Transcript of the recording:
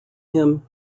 him